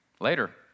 later